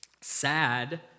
sad